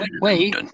Wait